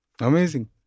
Amazing